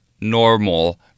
Normal